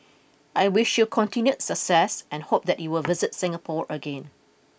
I wish you continued success and hope that you will visit Singapore again